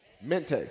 Mente